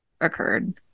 occurred